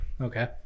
Okay